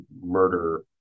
murder